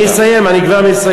אני אסיים, אני כבר מסיים.